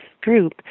group